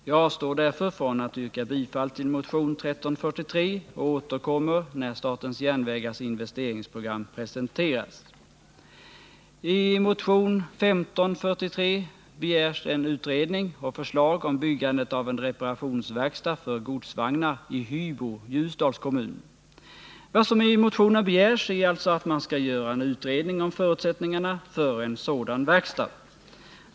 Jag avstår därför från att yrka bifall till motion 1343 och återkommer när SJ:s investeringsprogram presenteras. I motion 1543 begärs en utredning och förslag om byggandet av en reparationsverkstad för godsvagnar i Hybo, Ljusdals kommun. Vad som i motionen begärs är alltså att man skall göra en utredning om förutsättningarna för en sådan verkstad.